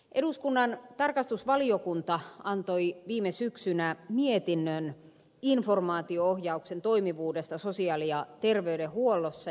eduskunnan tarkastusvaliokunta antoi viime syksynä mietinnön informaatio ohjauksen toimivuudesta sosiaali ja terveydenhuollossa